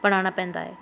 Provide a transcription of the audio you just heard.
ਬਣਾਉਣਾ ਪੈਂਦਾ ਹੈ